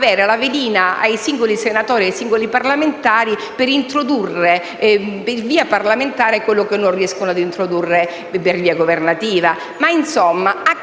avere la velina ai singoli parlamentari per introdurre per via parlamentare quello che non riescono ad introdurre per via governativa.